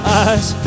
eyes